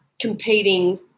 competing